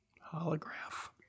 holograph